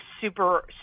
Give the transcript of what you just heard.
super